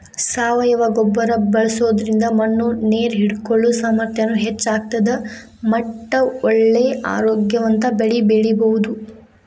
ಸಾವಯವ ಗೊಬ್ಬರ ಬಳ್ಸೋದ್ರಿಂದ ಮಣ್ಣು ನೇರ್ ಹಿಡ್ಕೊಳೋ ಸಾಮರ್ಥ್ಯನು ಹೆಚ್ಚ್ ಆಗ್ತದ ಮಟ್ಟ ಒಳ್ಳೆ ಆರೋಗ್ಯವಂತ ಬೆಳಿ ಬೆಳಿಬಹುದು